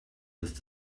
with